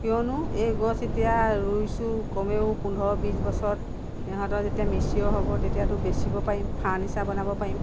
কিয়নো এই গছ এতিয়া ৰুইছোঁ কমেও পোন্ধৰ বিছ বছৰত সিহঁতৰ যেতিয়া মেছিয়ৰ হ'ব তেতিয়াতো বেচিব পাৰিম ফাৰ্ণিচাৰ বনাব পাৰিম